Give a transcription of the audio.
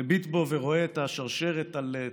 מביט בו ורואה את השרשרת על צווארו,